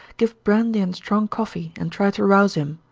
give brandy and strong coffee, and try to rouse him.